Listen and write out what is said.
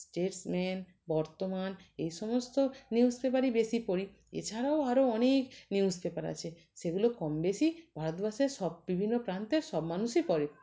Statesman Bartaman এই সমস্ত news পেপারই বেশি পড়ি এছাড়াও আরো অনেক নিউস পেপার আছে সেগুলো কম বেশি ভারতবর্ষের সব বিভিন্ন প্রান্তের সব মানুষই পড়ে